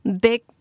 big